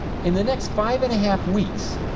in the next five and a half weeks,